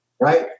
right